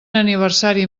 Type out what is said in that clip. aniversari